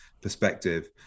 perspective